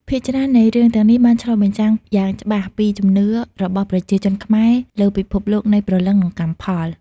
ភាគច្រើននៃរឿងទាំងនេះបានឆ្លុះបញ្ចាំងយ៉ាងច្បាស់ពីជំនឿរបស់ប្រជាជនខ្មែរលើពិភពលោកនៃព្រលឹង និងកម្មផល។